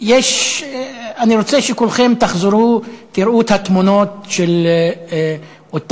אני רוצה שכולכם תחזרו, תראו את התמונות של אותם